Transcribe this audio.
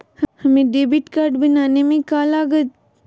हमें debit card बनाने में का लागत?